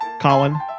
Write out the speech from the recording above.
Colin